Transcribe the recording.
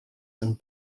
and